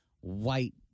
white